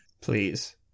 Please